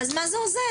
אז מה זה עוזר?